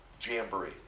jamboree